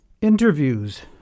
interviews